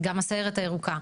גם הסיירת הירוקה,